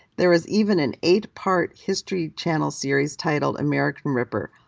there is even an eight-part history channel series titled american ripper,